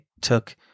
took